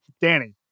Danny